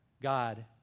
God